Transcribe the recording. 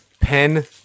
pen